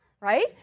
right